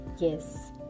Yes